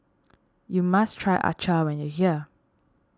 you must try Acar when you are here